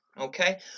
Okay